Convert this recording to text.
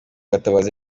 gatabazi